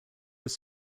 was